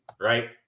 right